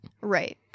right